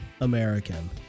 American